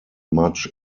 much